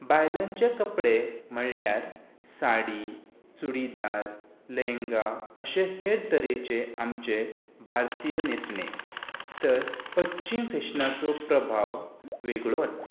बायलांचे कपडे म्हळ्यार साडी चुडीदार लेहंगा अशें हेर तरेचे आमचे भारतीय न्हेसणें तर पश्चिम फेशनांचो प्रभाव वेगळोच